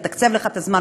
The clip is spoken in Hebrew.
לתקצב לך את הזמן,